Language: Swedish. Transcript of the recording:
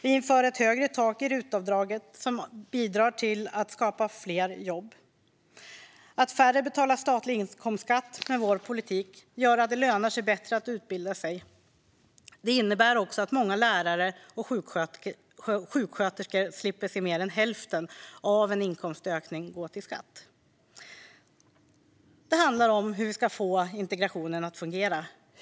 Vi inför ett högre tak i RUT-avdraget som bidrar till att skapa fler jobb. Att färre betalar statlig inkomstskatt med vår politik gör att det lönar sig bättre att utbilda sig. Det innebär också att många lärare och sjuksköterskor slipper se mer än hälften av en inkomstökning gå till skatt. Det handlar om hur vi ska få integrationen att fungera.